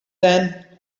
then